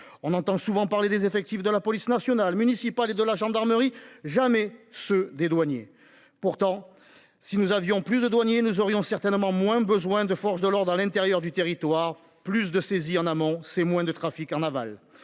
On entend souvent parler des effectifs de la police nationale municipale et de la gendarmerie jamais ceux des douaniers. Pourtant, si nous avions plus de douaniers, nous aurions certainement moins besoin de forces de l'ordre à l'intérieur du territoire, plus de saisie en amont, c'est moins de trafic en aval